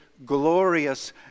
Glorious